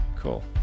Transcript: Cool